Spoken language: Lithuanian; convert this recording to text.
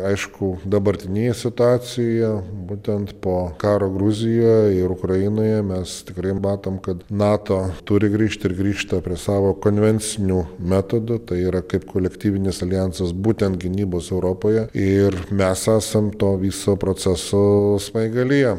aišku dabartinėje situacijoje būtent po karo gruzijoje ir ukrainoje mes tikrai matom kad nato turi grįžti ir grįžta prie savo konvencinių metodų tai yra kaip kolektyvinis aljansas būtent gynybos europoje ir mes esam to viso proceso smaigalyje